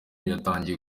yatangiye